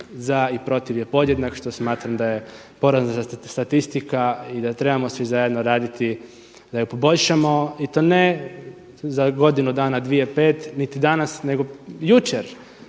za i protiv je podjednak što smatram da je porazna statistika i da trebamo svi zajedno raditi da je poboljšamo i to ne za godinu dana, dvije, pet niti danas nego jučer.